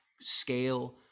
scale